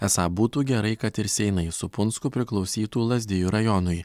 esą būtų gerai kad ir seinai su punsku priklausytų lazdijų rajonui